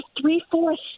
three-fourths